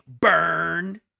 burn